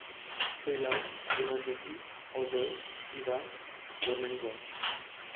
फैलाव दिमान ज्यथि अजय सिबा दरमेन्द्र